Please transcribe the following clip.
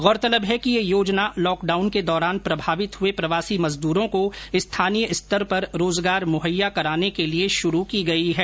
गौरतलब है कि ये योजना लॉकडाउन के दौरान प्रभावित हुए प्रवासी मजदूरों को स्थानीय स्तर पर रोजगार मुहैया कराने के लिए शुरू की गयी है